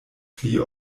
pli